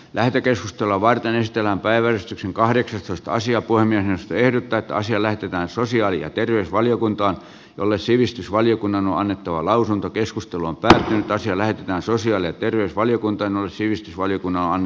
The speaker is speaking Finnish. lähetekeskustelua varten ystävänpäivänä kahdeksastoista sija voimien ehdyttää taas eläytyvän sosiaali ja terveysvaliokuntaan jolle sivistysvaliokunnanna annettua lausunto keskustelu open toiselle ja sosiaali ja terveysvaliokunta on sivistysvaliokunnan